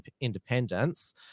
independence